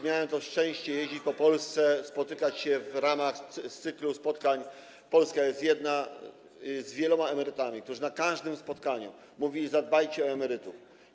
Miałem szczęście jeździć po Polsce, spotykać się w ramach cyklu „Polska jest jedna” z wieloma emerytami, którzy na każdym spotkaniu mówili: zadbajcie o emerytów.